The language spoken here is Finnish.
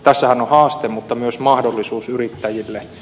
tässähän on haaste mutta myös mahdollisuus yrittäjille